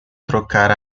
trocar